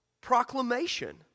proclamation